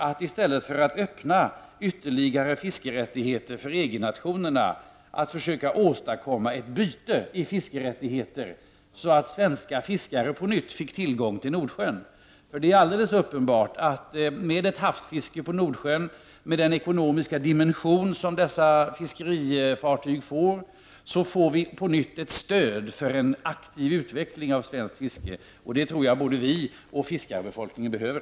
I stället för att öppna ytterligare fiskerättigheter för EG-nationerna borde man försöka åstadkomma ett byte av fiskerättigheter så att svenska fiskare på nytt fick tillgång till Nordsjön. Det är uppenbart att med ett havsfiske på Nordsjön med den ekonomiska dimension som fiskerifartygen får, så får vi på nytt ett stöd för en aktiv utveckling av svenskt fiske. Det tror jag att både vi och fiskarbefolkningen behöver.